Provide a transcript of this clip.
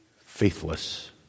faithless